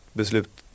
beslut